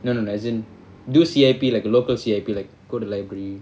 no no no as in do C_I_P like local C_I_P like go to library